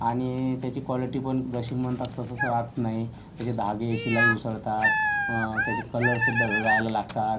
आणि त्याची क्वालिटी पण जशी म्हणतात तसंच राहत नाही त्याचे धागे शिलाई उसवतात त्याचे कलर्ससुद्धा जायला लागतात